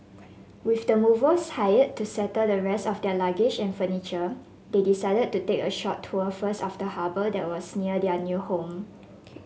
with the movers hired to settle the rest of their luggage and furniture they decided to take a short tour first of the harbour that was near their new home